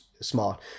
Smart